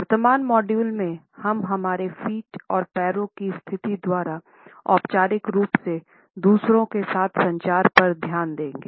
वर्तमान मॉड्यूल में हम हमारे फ़ीट और पैरों की स्थिति द्वारा औपचारिक रूप से दूसरों के साथ संचार पर ध्यान देंगे